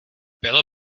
bylo